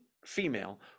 female